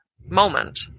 moment